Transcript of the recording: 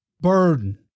burden